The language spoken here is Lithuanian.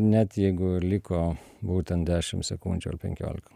net jeigu ir liko būtent dešim sekundžių ar penkiolika